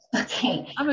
okay